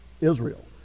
Israel